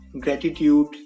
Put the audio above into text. gratitude